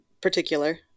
particular